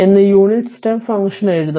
എന്ന് unit step function എഴുതാം